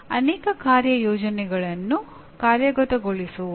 ಅನೇಕ ಯೋಜನೆಗಳನ್ನು ಕಾರ್ಯಗತಗೊಳಿಸುವುದು ಸೂಚನಾ ಚಟುವಟಿಕೆಯಾಗಿದೆ